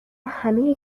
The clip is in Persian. همه